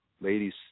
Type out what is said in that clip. Ladies